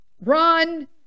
run